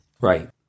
Right